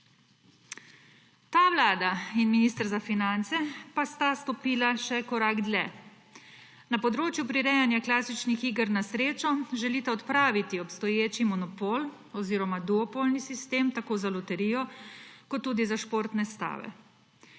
Ta vlada in minister za finance pa sta stopila še korak dlje. Na področju prirejanja klasičnih iger na srečo želita odpraviti obstoječi monopol oziroma duopolni sistem tako za loterijo kot tudi za športne stave.